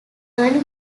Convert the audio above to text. early